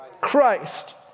Christ